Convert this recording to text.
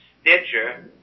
Stitcher